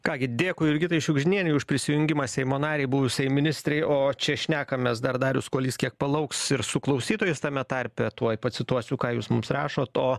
ką gi dėkui jurgitai šiugždinienei už prisijungimą seimo narei buvusiai ministrei o čia šnekamės dar darius kuolys kiek palauks ir su klausytojais tame tarpe tuoj pacituosiu ką jūs mums rašot o